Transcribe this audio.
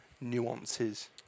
nuances